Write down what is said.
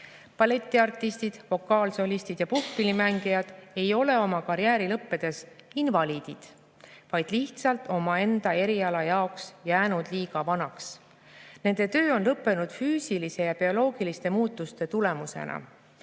Balletiartistid, vokaalsolistid ja puhkpillimängijad ei ole oma karjääri lõppedes invaliidid, vaid lihtsalt omaenda eriala jaoks jäänud liiga vanaks. Nende töö on lõppenud füüsiliste ja bioloogiliste muutuste tulemusena.